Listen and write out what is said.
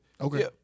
Okay